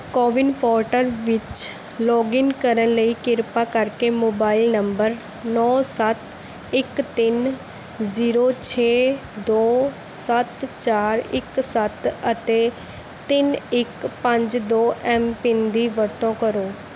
CoWIN portal ਵਿੱਚ login ਕਰਨ ਲਈ ਕਿਰਪਾ ਕਰਕੇ ਮੋਬਾਈਲ ਨੰਬਰ ਨੌ ਸੱਤ ਇੱਕ ਤਿੰਨ ਜ਼ੀਰੋ ਛੇ ਦੋ ਸੱਤ ਚਾਰ ਇੱਕ ਸੱਤ ਅਤੇ ਤਿੰਨ ਇੱਕ ਪੰਜ ਦੋ ਐੱਮ ਪਿੰਨ ਦੀ ਵਰਤੋਂ ਕਰੋ